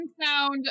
sound